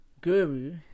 guru